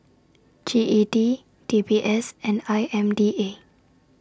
G E D D B S and I M D A